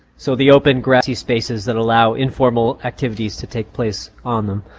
so the open grassy spaces that allow informal activities to take place on them.